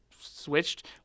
switched